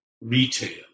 retail